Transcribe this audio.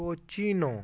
ਪੋਚੀ ਨੂੰ